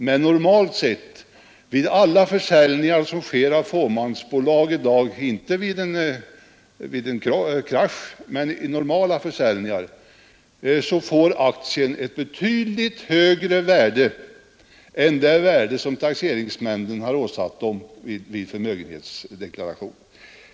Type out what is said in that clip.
Men normalt sett, vid alla försäljningar som sker av fåmansbolag i dag — inte vid en krasch, men vid normala försäljningar — får aktien ett betydligt högre värde än det värde som taxeringsnämnden har åsatt vid förmögenhetstaxeringen.